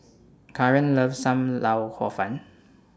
Kaaren loves SAM Lau Hor Fun